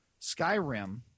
Skyrim